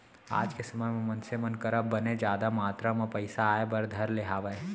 आज के समे म मनसे मन करा बने जादा मातरा म पइसा आय बर धर ले हावय